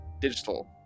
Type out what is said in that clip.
digital